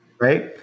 Right